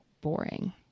boring